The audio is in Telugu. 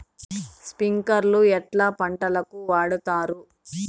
స్ప్రింక్లర్లు ఎట్లా పంటలకు వాడుతారు?